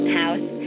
house